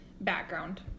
background